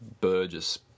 Burgess